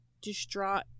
distraught